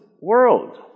world